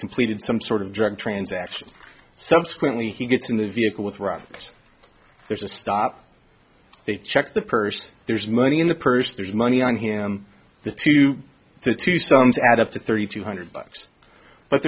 completed some sort of drug transaction subsequently he gets in the vehicle with rocks there's a stop they check the purse there's money in the purse there's money on him the two the two sums add up to thirty two hundred bucks but